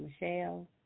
Michelle